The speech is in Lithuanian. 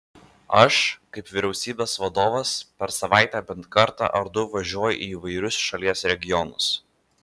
aš kaip vyriausybės vadovas per savaitę bent kartą ar du važiuoju į įvairius šalies regionus